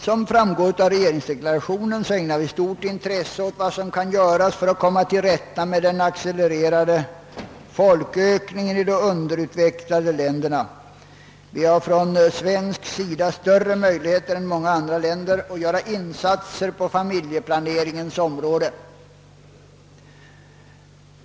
Som framgår av regeringsdeklarationen ägnar vi stort intresse åt möjligheterna att komma till rätta med den accelererade folkökningen i de underutvecklade länderna. Sverige har större möjligheter än många andra länder att göra insatser på familjeplaneringens område.